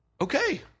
Okay